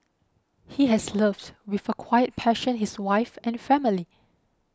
he has loved with a quiet passion his wife and family